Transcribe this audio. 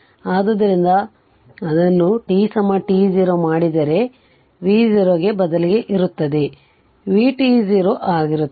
ಆದ್ದರಿಂದ ಆದರೆ ಅದನ್ನು t t0 ಮಾಡಿದರೆ ಅದು v0 ಬದಲಿಗೆ ಇರುತ್ತದೆ ಅದು vt0 ಆಗಿರುತ್ತದೆ